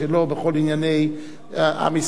בכל ענייני עם ישראל.